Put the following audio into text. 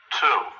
two